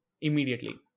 immediately